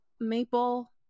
Maple